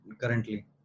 currently